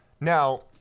Now